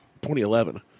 2011